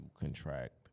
contract